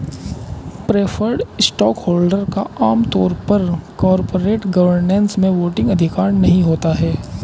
preferred stockholder का आम तौर पर कॉरपोरेट गवर्नेंस में वोटिंग अधिकार नहीं होता है